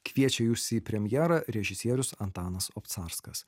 kviečia jus į premjerą režisierius antanas obcarskas